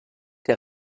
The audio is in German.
der